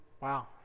Wow